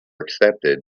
accepted